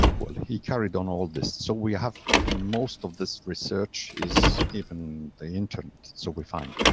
well, he carried on all this. so we have most of this research is even the internet. so we find